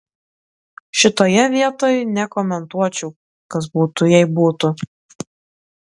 šitoje vietoj nekomentuočiau kas būtų jei būtų